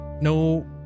no